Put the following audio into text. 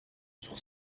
sur